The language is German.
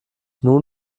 nun